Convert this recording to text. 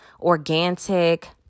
organic